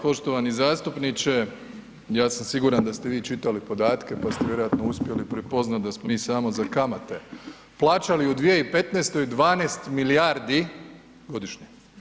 Poštovani zastupniče, ja sam siguran da ste vi čitali podatke pa ste vjerojatno uspjeli prepoznati da smo mi samo za kamate plaćali u 2015. 12 milijardi godišnje.